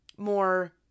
More